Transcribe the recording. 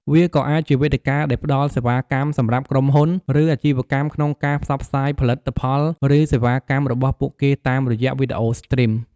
វាក៏អាចជាវេទិកាដែលផ្ដល់សេវាកម្មសម្រាប់ក្រុមហ៊ុន ឬអាជីវកម្មក្នុងការផ្សព្វផ្សាយផលិតផល ឬសេវាកម្មរបស់ពួកគេតាមរយៈវីដេអូស្ទ្រីម។